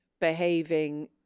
behaving